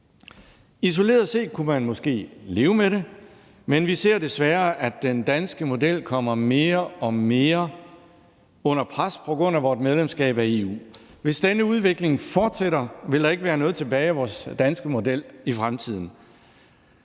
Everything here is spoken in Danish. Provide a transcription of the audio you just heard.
Isoleret set kunne man måske leve med det, men vi ser desværre, at den danske model kommer mere og mere under pres på grund af vort medlemskab af EU. Hvis denne udvikling fortsætter, vil der ikke være noget tilbage af vores danske model i fremtiden.